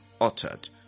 uttered